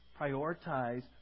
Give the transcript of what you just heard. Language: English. prioritize